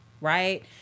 right